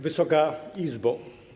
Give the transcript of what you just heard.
Wysoka Izbo!